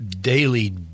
daily